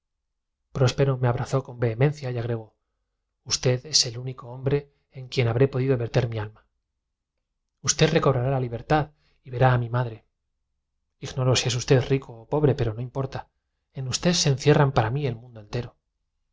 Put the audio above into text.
próspero me abrazó con vehemencia y agregó usted es el único hombre en quien habré podido verter mi alma usted recobrará la libertad y verá a mi madre ignoro si es usted rico o pobre pero no importa en usted se encierra para mí el mundo entero